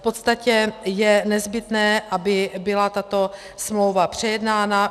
V podstatě je nezbytné, aby byla tato smlouva přejednána.